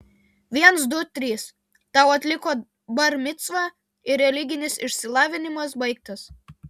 viens du trys tau atliko bar micvą ir religinis išsilavinimas baigtas